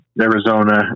Arizona